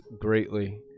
greatly